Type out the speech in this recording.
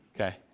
Okay